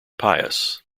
pious